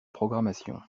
programmation